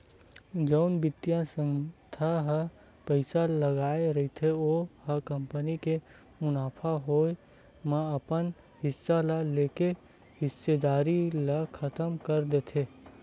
जउन बित्तीय संस्था ह पइसा लगाय रहिथे ओ ह कंपनी के मुनाफा होए म अपन हिस्सा ल लेके हिस्सेदारी ल खतम कर देथे